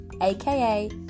aka